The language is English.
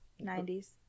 90s